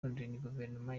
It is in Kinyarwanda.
guverinoma